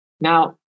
Now